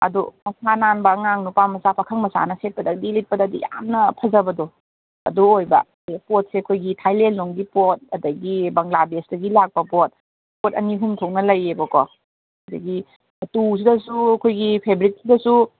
ꯑꯗꯨ ꯃꯁꯥ ꯅꯥꯟꯕ ꯑꯉꯥꯡ ꯅꯨꯄꯥ ꯃꯆꯥ ꯄꯥꯈꯪ ꯃꯆꯥꯅ ꯁꯦꯠꯄꯗꯗꯤ ꯂꯤꯠꯄꯗꯗꯤ ꯌꯥꯝꯅ ꯐꯖꯕꯗꯣ ꯑꯗꯨ ꯑꯣꯏꯕ ꯑꯗꯩ ꯄꯣꯠꯁꯦ ꯑꯩꯈꯣꯏꯒꯤ ꯊꯥꯏꯂꯦꯟ ꯂꯣꯝꯒꯤ ꯄꯣꯠ ꯑꯗꯒꯤ ꯕꯪꯒ꯭ꯂꯥꯗꯦꯁꯇꯒꯤ ꯂꯥꯛꯄ ꯄꯣꯠ ꯄꯣꯠ ꯑꯅꯤ ꯑꯍꯨꯝ ꯊꯣꯛꯅ ꯂꯩꯌꯦꯕꯀꯣ ꯑꯗꯒꯤ ꯃꯇꯨꯁꯤꯗꯁꯨ ꯑꯩꯈꯣꯏꯒꯤ ꯐꯦꯕ꯭ꯔꯤꯛꯁꯤꯗꯁꯨ